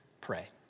pray